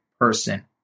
person